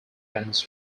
events